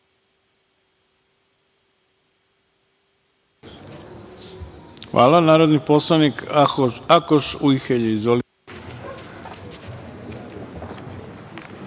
Hvala